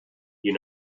you